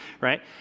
right